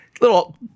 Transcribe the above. little –